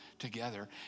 together